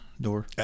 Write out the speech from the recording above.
Door